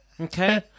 Okay